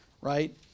right